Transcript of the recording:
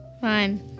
Fine